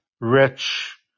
rich